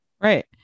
Right